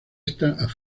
esta